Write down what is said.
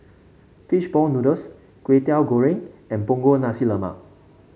fish ball noodles Kwetiau Goreng and Punggol Nasi Lemak